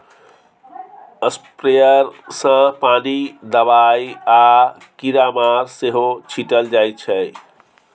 sprayer सँ पानि, दबाइ आ कीरामार सेहो छीटल जाइ छै